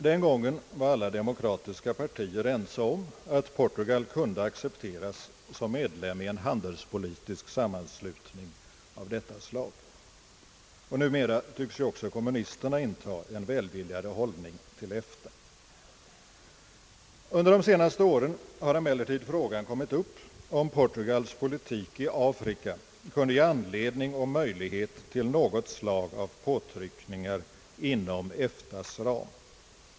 Den gången var alla demokratiska partier ense om att Portugal kunde accepteras som medlem i en handelspolitisk sammanslutning av detta slag. Numera tycks ju också kommunisterna inta en välvilligare hållning till EFTA. Under de senaste åren har emellertid frågan kommit upp om Portugals politik i Afrika kunde ge anledning och möjlighet till något slag av påtryckningar inom EFTA:s ram.